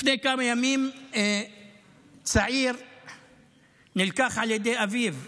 לפני כמה ימים צעיר נלקח על ידי אביו.